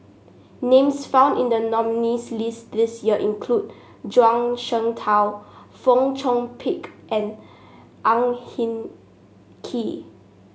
names found in the nominees' list this year include Zhuang Shengtao Fong Chong Pik and Ang Hin Kee